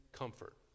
Comfort